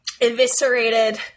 eviscerated